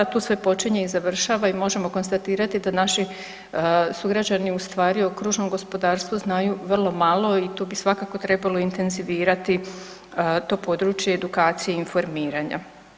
Tu sve počinje i završava i možemo konstatirati da naši sugrađani ustvari o kružnom gospodarstvu znaju vrlo malo i tu bi svakako trebalo intenzivirati to područje i edukaciju informiranja.